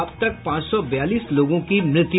अब तक पांच सौ बयालीस लोगों की मृत्यु